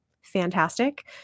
fantastic